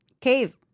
Cave